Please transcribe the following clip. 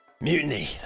Mutiny